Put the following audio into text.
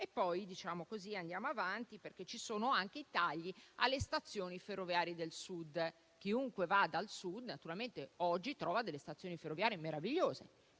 milioni di tagli. Poi, andiamo avanti, perché ci sono anche i tagli alle stazioni ferroviarie del Sud. Chiunque vada al Sud, naturalmente oggi trova delle stazioni ferroviarie meravigliose,